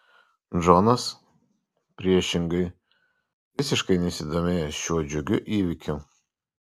džonas priešingai visiškai nesidomėjo šiuo džiugiu įvykiu